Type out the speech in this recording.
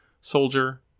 Soldier